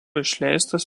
išleistas